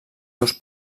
seus